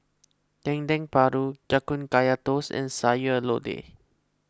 Dendeng Paru Ya Kun Kaya Toast and Sayur Lodeh